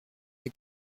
des